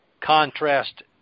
contrast